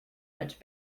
much